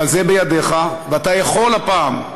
אבל זה בידיך, ואתה יכול הפעם,